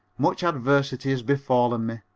much adversity has befallen me,